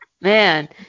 man